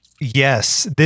Yes